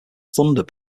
thunder